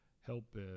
help